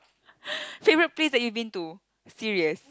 favourite place that you've been to serious